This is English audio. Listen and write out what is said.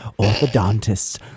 orthodontists